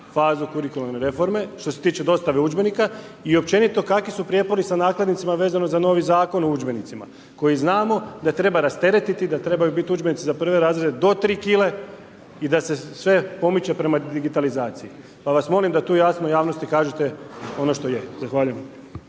fazu kurikularne reforme, što se tiče dostave udžbenika i općenito kakvi su prijepori sa nakladnicima vezano za novi zakon o udžbenicima, koji znamo da treba rasteretiti, da trebaju biti udžbenici za prve razrede do 3 kg i da se sve pomoći prema digitalizaciji. Pa vas molim da tu jasno javnosti kažete ono što je. Zahvaljujem.